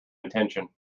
intention